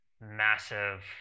massive